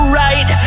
right